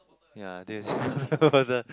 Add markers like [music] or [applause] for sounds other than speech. ya they [laughs] the